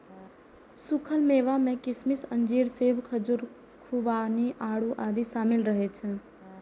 सूखल मेवा मे किशमिश, अंजीर, सेब, खजूर, खुबानी, आड़ू आदि शामिल रहै छै